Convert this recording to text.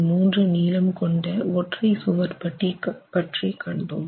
3 நீளம் கொண்டு ஒற்றை சுவர் பற்றி கண்டோம்